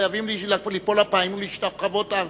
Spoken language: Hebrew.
חייבים ליפול אפיים ולהשתחוות ארצה.